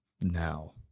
now